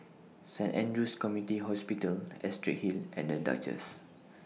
Saint Andrew's Community Hospital Astrid Hill and The Duchess